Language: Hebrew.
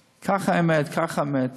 הם אומרים שהוא נפטר מהמחלה.